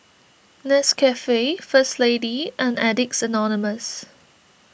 Nescafe First Lady and Addicts Anonymous